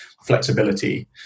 flexibility